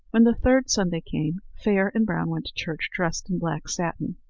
when the third sunday came, fair and brown went to church dressed in black satin.